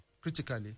critically